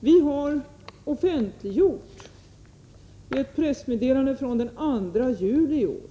Vi har i ett pressmeddelande av den 2 juli i år offentliggjort